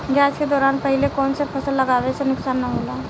जाँच के दौरान पहिले कौन से फसल लगावे से नुकसान न होला?